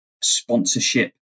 sponsorship